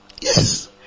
Yes